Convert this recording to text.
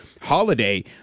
holiday